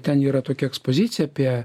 ten yra tokia ekspozicija apie